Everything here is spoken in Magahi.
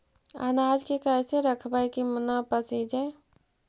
अनाज के कैसे रखबै कि न पसिजै?